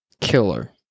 killer